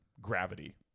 gravity